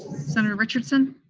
senator richardson?